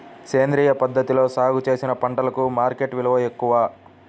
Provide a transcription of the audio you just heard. సేంద్రియ పద్ధతిలో సాగు చేసిన పంటలకు మార్కెట్ విలువ ఎక్కువ